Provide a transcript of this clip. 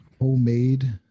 homemade